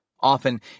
Often